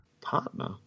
Partner